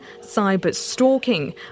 cyber-stalking